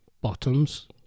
bottoms